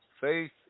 Faith